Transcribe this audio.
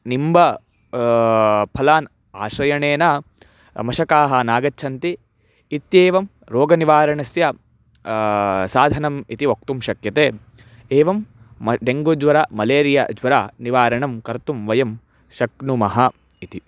निम्ब फलान् आश्रयणेन मशकाः नागच्छन्ति इत्येवं रोगनिवारणस्य साधनम् इति वक्तुं शक्यते एवं डेङ्गूज्वरः मलेरियाज्वर निवारणं कर्तुं वयं शक्नुमः इति